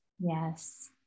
Yes